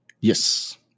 Yes